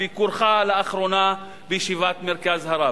בביקורך לאחרונה בישיבת "מרכז הרב".